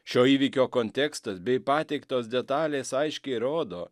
šio įvykio kontekstas bei pateiktos detalės aiškiai rodo